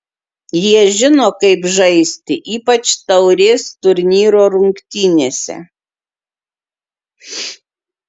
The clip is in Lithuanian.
jie žino kaip žaisti ypač taurės turnyro rungtynėse